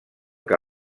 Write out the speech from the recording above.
que